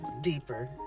deeper